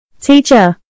Teacher